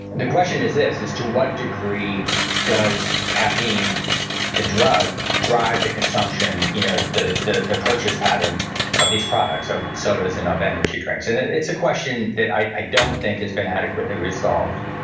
and the question is this, is to what degree does caffeine the drug drive the consumption, you know the the purchase pattern of these products? of sodas and of energy drinks? and it's a question that i don't think has been adequately resolved,